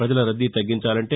ప్రజల రద్దీ తగ్గించాలంటే